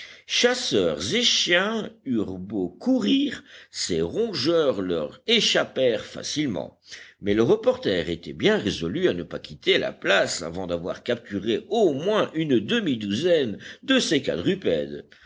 chasseurs et chien eurent beau courir ces rongeurs leur échappèrent facilement mais le reporter était bien résolu à ne pas quitter la place avant d'avoir capturé au moins une demi-douzaine de ces quadrupèdes